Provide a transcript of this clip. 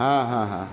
হ্যাঁ হ্যাঁ হ্যাঁ